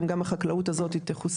אם גם החקלאות הזו תחוסל,